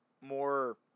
more